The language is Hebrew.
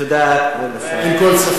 תודה, כבוד השר.